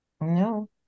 No